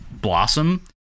blossom